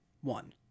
One